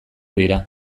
dira